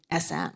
SM